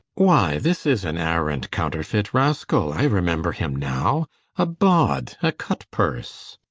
why, this is an arrant counterfeit rascall, i remember him now a bawd, a cut-purse